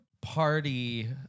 party